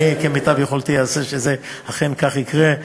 אני, כמיטב יכולתי אעשה שאכן כך יקרה.